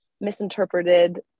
misinterpreted